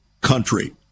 country